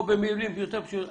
במילים יותר פשוטות,